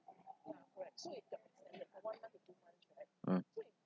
mm